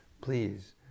please